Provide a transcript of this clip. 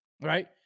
right